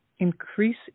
Increase